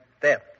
death